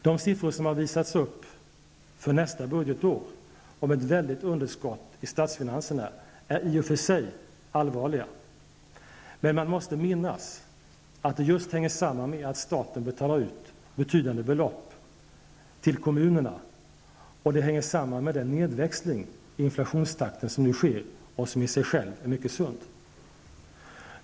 De siffror som har visats upp för nästa budgetår om ett väldigt underskott i statsfinanserna är i och för sig allvarliga. Men man måste minnas att det just hänger samman med att staten betalar ut betydande belopp till kommunerna och med den nedväxling i inflationstakten som nu sker och som i sig själv är mycket sund.